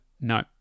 no